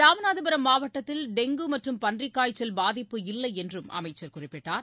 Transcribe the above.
ராமநாதபுரம் மாவட்டத்தில் டெங்கு மற்றும் பன்றிக்காய்ச்சல் பாதிப்பு இல்லைஎன்றும் அமைச்சர் குறிப்பிட்டார்